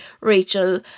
Rachel